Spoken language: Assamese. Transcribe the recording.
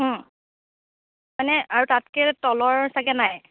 মানে আৰু তাতকৈ তলৰ ছাগে নাই